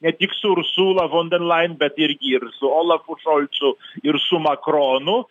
ne tik su ursula von der leyen bet irgi ir su olafu šolcu ir su makronu